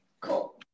cool